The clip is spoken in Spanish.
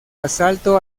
asalto